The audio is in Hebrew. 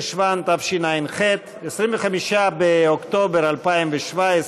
בחשוון תשע"ח, 25 באוקטובר 2017,